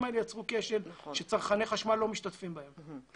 האלה יצרו כשל שצרכני חשמל לא משתתפים בהם.